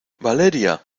valeria